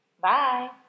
Bye